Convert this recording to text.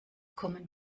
kommen